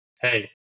Hey